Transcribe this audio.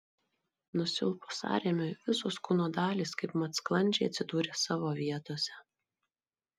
nusilpus sąrėmiui visos kūno dalys kaipmat sklandžiai atsidūrė savo vietose